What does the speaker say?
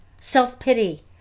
self-pity